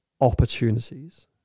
opportunities